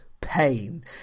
pain